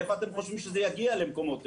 מאיפה אתם חושבים שזה יגיע למקומות?